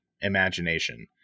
imagination